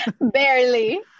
Barely